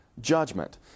judgment